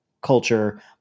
culture